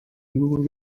było